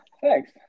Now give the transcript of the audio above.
thanks